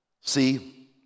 See